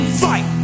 fight